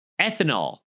ethanol